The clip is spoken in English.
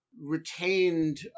retained